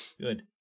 Good